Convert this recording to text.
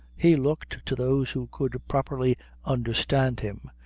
he looked, to those who could properly understand him,